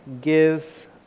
gives